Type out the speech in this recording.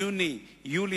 יוני-יולי,